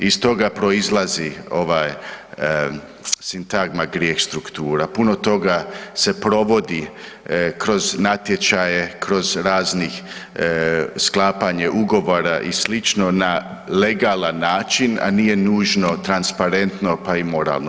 Iz toga proizlazi ova sintagma grijeh struktura, puno toga se provodi kroz natječaje, kroz raznih sklapanja ugovora i sl. na legalan način, a nije nužno transparentno pa i moralno.